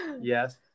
yes